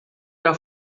era